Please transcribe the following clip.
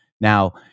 Now